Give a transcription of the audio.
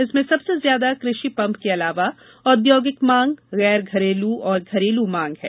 इसमें सबसे ज्यादा कृषि पंप के अलावा औद्योगिक मांग गैर घरेलू और घरेलू मांग हैं